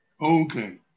Okay